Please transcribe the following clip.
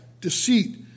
Deceit